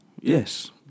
Yes